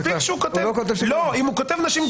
מספיק שהוא כותב אם הוא כותב: נשים,